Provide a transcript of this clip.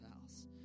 house